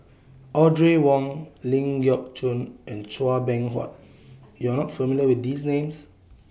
Audrey Wong Ling Geok Choon and Chua Beng Huat YOU Are not familiar with These Names